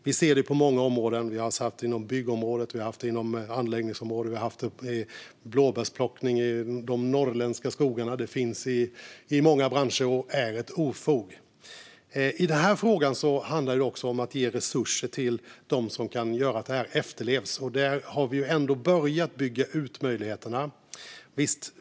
Vi ser det på många områden - vi har sett det på byggområdet, på anläggningsområdet och inom blåbärsplockning i de norrländska skogarna. Det finns i många branscher och är ett ofog. I den här frågan handlar det också om att ge resurser till dem som kan göra att detta efterlevs. Där har vi börjat att bygga ut möjligheterna.